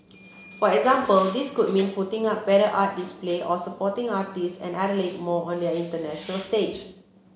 for example this could mean putting up better art display or supporting artists and athletes more on the international stage